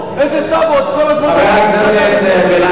איזה טאבו, חבר הכנסת בן-ארי.